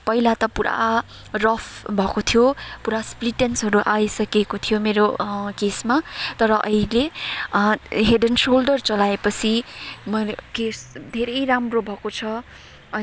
पहिला त पुरा रफ भएको थियो पुरा स्पिलिटेन्सहरू आइसकेको थियो मेरो केसमा तर अहिले हेड एन्ड सोल्डर लाएपछि मेरो केस धेरै राम्रो भएको छ अनि